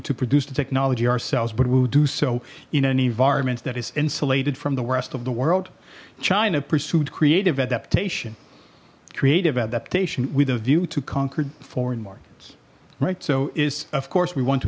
to produce the technology ourselves but we'll do so in an environment that is insulated from the rest of the world china pursued creative adaptation creative adaptation with a view to conquered foreign markets right so is of course we want to